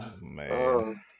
man